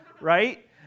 right